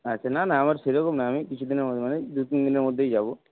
আচ্ছা না না আমার সেরকম নয় আমি কিছু দিনের মানে দু তিন দিনের মধ্যেই যাবো